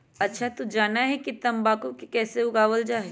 अच्छा तू जाना हीं कि तंबाकू के कैसे उगावल जा हई?